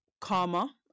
karma